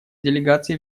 делегаций